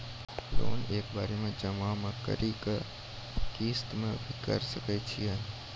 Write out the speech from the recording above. Loan एक बार जमा म करि कि किस्त मे भी करऽ सके छि?